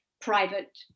private